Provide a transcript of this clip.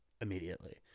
immediately